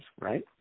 right